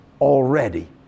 already